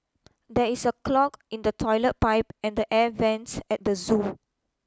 there is a clog in the toilet pipe and the air vents at the zoo